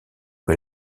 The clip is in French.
que